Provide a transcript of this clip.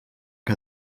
que